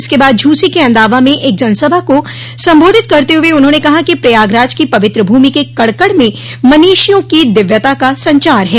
इसके बाद झूसी के अंदावा में एक जनसभा को सम्बोधित करते हुए उन्होंने कहा कि प्रयागराज की पवित्र भूमि के कण कण में मनीषियों की दिव्यता का संचार है